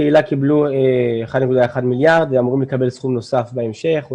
הקהילה קיבלו 1.1 מיליארד ואמורים לקבל סכום נוסף להמשך,